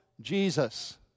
Jesus